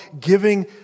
giving